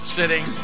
sitting